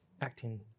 acting